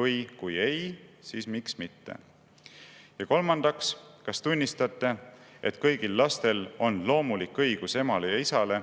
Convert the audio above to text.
Või kui ei, siis miks mitte? Kolmandaks, kas tunnistate, et kõigil lastel on loomulik õigus emale ja isale